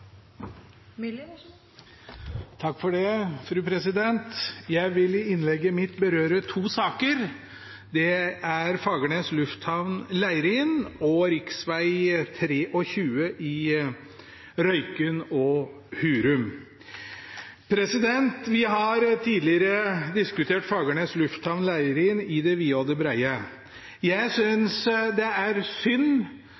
kurant å få rettet opp. Jeg vil i innlegget mitt berøre to saker. Det er Fagernes lufthamn Leirin og rv. 23 i Røyken og Hurum. Vi har tidligere diskutert Fagernes lufthamn Leirin i det vide og det brede. Jeg synes det er synd,